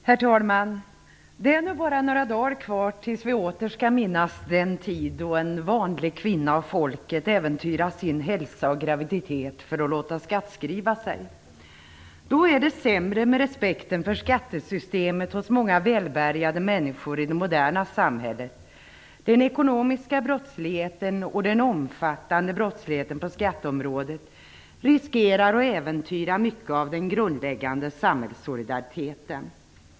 Herr talman! Det är nu bara några dagar kvar tills vi åter skall minnas den tid då en vanlig kvinna av folket äventyrade sin hälsa och graviditet för att låta skattskriva sig. Det är sämre med respekten för skattesystemet hos många välbärgade människor i det moderna samhället. Den ekonomiska brottsligheten och den omfattande brottsligheten på skatteområdet riskerar att äventyra mycket av den grundläggande samhällssolidariteten.